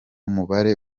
mubare